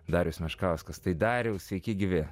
darius meškauskas tai dariau sveiki gyvi